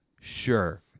Sure